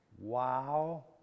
Wow